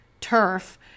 turf